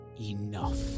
Enough